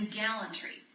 gallantry